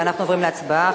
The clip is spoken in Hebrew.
ואנחנו עוברים להצבעה,